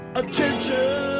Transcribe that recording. attention